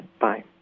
bye